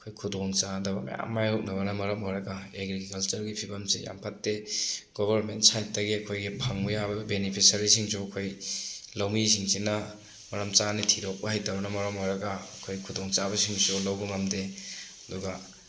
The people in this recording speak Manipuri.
ꯑꯩꯈꯣꯏ ꯈꯨꯗꯣꯡꯆꯥꯗꯕ ꯃꯌꯥꯝ ꯃꯥꯌꯣꯛꯅꯕ ꯃꯔꯝ ꯑꯣꯏꯔꯒ ꯑꯦꯒ꯭ꯔꯤꯀꯜꯆꯔꯒꯤ ꯐꯤꯕꯝꯁꯦ ꯌꯥꯝ ꯐꯠꯇꯦ ꯒꯣꯕꯔꯃꯦꯟ ꯁꯥꯏꯠꯇꯒꯤ ꯑꯩꯈꯣꯏꯒꯤ ꯐꯪꯕ ꯌꯥꯕ ꯕꯦꯅꯤꯐꯤꯁꯔꯤꯁꯤꯡꯁꯨ ꯑꯩꯈꯣꯏ ꯂꯧꯃꯤꯁꯤꯡꯁꯤꯅ ꯃꯔꯝ ꯆꯥꯅ ꯊꯤꯗꯣꯛꯄ ꯍꯩꯇꯕꯅ ꯃꯔꯝ ꯑꯣꯏꯔꯒ ꯑꯩꯈꯣꯏ ꯈꯨꯗꯣꯡꯆꯥꯕꯁꯤꯡꯁꯨ ꯂꯧꯕ ꯉꯝꯗꯦ ꯑꯗꯨꯒ